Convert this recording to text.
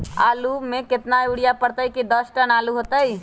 आलु म केतना यूरिया परतई की दस टन आलु होतई?